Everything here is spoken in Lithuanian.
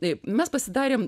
taip mes pasidarėm